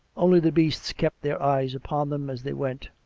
only the beasts kept their eyes upon them, as they went,